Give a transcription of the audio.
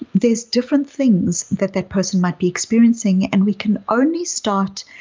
there's different things that that person might be experiencing and we can only start